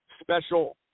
Special